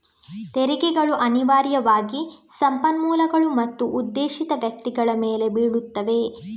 ತೆರಿಗೆಗಳು ಅನಿವಾರ್ಯವಾಗಿ ಸಂಪನ್ಮೂಲಗಳು ಮತ್ತು ಉದ್ದೇಶಿತ ವ್ಯಕ್ತಿಗಳ ಮೇಲೆ ಬೀಳುತ್ತವೆ